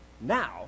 now